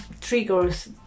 triggers